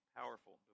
powerful